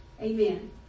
Amen